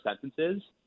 sentences